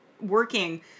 working